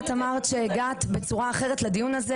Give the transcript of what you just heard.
את אמרת שהגעת בצורה אחרת לדיון הזה,